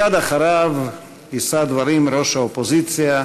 מייד אחריו יישא דברים ראש האופוזיציה